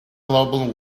global